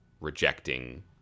rejecting